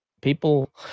people